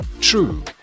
true